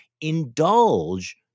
indulge